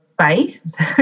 faith